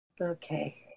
Okay